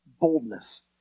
boldness